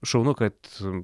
šaunu kad